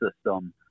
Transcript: system